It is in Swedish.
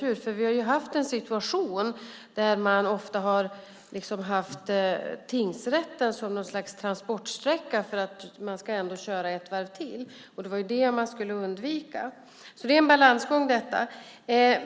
Vi har ju haft en situation där man ofta har haft tingsrätten som ett slags transportsträcka eftersom man ändå ska köra ett varv till. Det var det man skulle undvika.